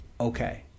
Okay